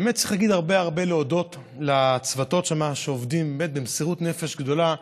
האמת היא שצריך להודות הרבה לצוותים שעובדים במסירות נפש גדולה,